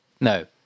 No